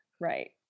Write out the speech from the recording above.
right